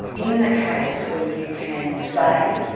in the case where you can say,